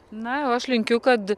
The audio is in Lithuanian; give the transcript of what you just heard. na o aš linkiu kad